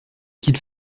qu’il